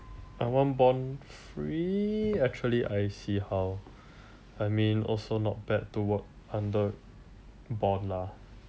I want bond free actually I see how I mean also not bad to work under bond lah